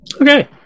okay